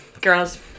girls